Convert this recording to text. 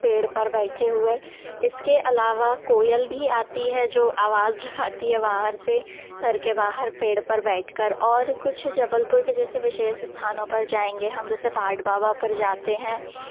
पेड़ पर बैठे हुए इसके अलावा कोयल भी आती है जो आवाज़ लगाती है बाहर से घर के बाहर पेड़ पर बैठ कर और कुछ जबलपुर के जैसे विशेष स्थानों पर जाएँगे हम जैसे पाट बाबा पर जाते हैं